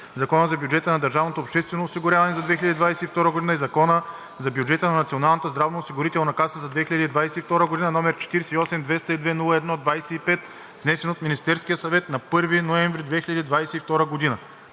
Закона за бюджета на държавното обществено осигуряване за 2022 г. и Закона за бюджета на Националната здравноосигурителна каса за 2022 г., № 48-202-01-25. Вносител – Министерският съвет на 1 ноември 2022 г.